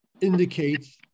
indicate